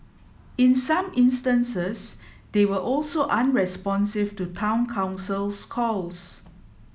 in some instances they were also unresponsive to Town Council's calls